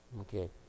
okay